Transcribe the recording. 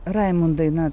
raimundai na